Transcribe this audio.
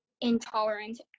intolerant